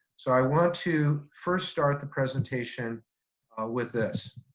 so i want to first start the presentation with this.